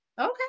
Okay